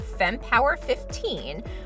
FEMPOWER15